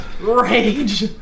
Rage